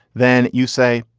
then you say,